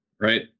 right